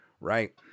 Right